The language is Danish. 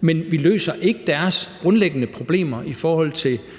Men vi løser ikke deres grundlæggende problemer i forhold